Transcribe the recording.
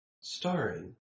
starring